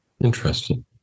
Interesting